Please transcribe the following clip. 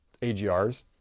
AGRs